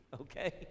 okay